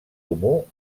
comú